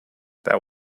that